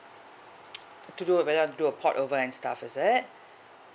to do a to do a port over and stuff is it